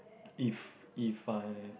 if if I